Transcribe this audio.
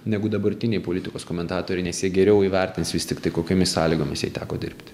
negu dabartiniai politikos komentatoriai nes jie geriau įvertins vis tiktai kokiomis sąlygomis jai teko dirbti